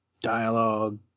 dialogue